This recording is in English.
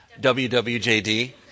WWJD